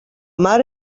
mar